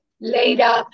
Later